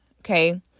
okay